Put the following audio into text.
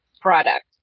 product